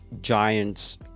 giants